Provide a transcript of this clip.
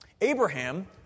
Abraham